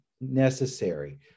necessary